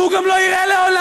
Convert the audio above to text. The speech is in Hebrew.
והוא גם לא יראה לעולם.